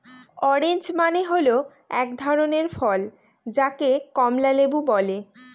orange মানে হল এক ধরনের ফল যাকে কমলা লেবু বলে